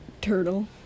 turtle